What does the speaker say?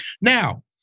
Now